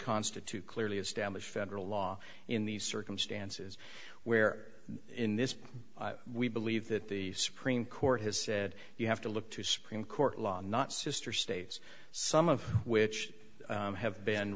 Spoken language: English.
constitute clearly establish federal law in these circumstances where in this we believe that the supreme court has said you have to look to supreme court law not sister states some of which have been